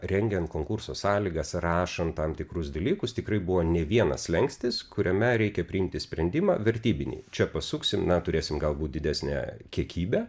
rengiant konkurso sąlygas rašant tam tikrus dalykus tikrai buvo ne vienas slenkstis kuriame reikia priimti sprendimą vertybinį čia pasuksim na turėsim galbūt didesnę kiekybę